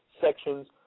sections